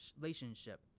relationship